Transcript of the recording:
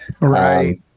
Right